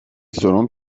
سرم